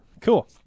Cool